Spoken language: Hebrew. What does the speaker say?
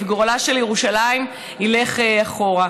וגורלה של ירושלים ילך אחורה.